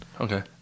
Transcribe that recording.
Okay